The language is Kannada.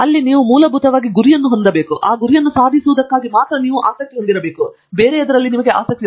ಅಲ್ಲಿ ನೀವು ಮೂಲಭೂತವಾಗಿ ಗುರಿಯನ್ನು ಹೊಂದಿರುತ್ತಾರೆ ಮತ್ತು ಆ ಗುರಿಯನ್ನು ಸಾಧಿಸುವುದಕ್ಕಾಗಿ ಮಾತ್ರ ನೀವು ಆಸಕ್ತಿ ಹೊಂದಿದ್ದೀರಿ ನಿಮಗೆ ಬೇರೆಯದರಲ್ಲಿ ಆಸಕ್ತಿಯಿಲ್ಲ